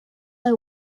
her